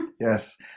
Yes